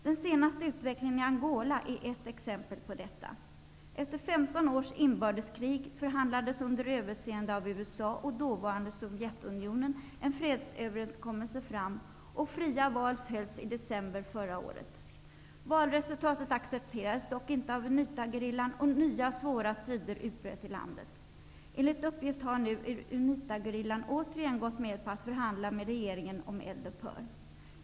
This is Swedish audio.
Den senaste utvecklingen i Angola är ett exempel på detta. Sovjetunionen en fredsöverenskommelse fram, och fria val hölls i december förra året. Valresultatet accepterades dock inte av Unita-gerillan, och nya svåra strider utbröt i landet. Enligt uppgift har Unita-gerillan nu återigen gått med på att förhandla med regeringen om eldupphör.